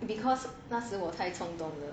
because 那时我太冲动了